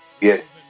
Yes